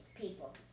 people